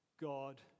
God